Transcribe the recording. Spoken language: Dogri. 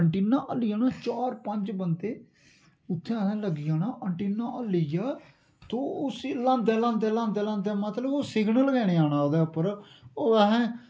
एंटीना हल्ली जाना चार पंज बंदे उत्थै असैं लग्गी जाना एंटेना हल्लिया तो उस्सी ल्हांदे ल्हांदे ल्हांदे मतलब ओ सिग्नल गै नि आना उदे उप्पर ओह् असें